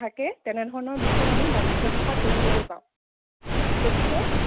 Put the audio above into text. থাকে তেনেধৰণৰ বিষয় আমি বাণিজ্য শাখাত পঢ়িবলৈ পাওঁ গতিকে